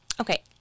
okay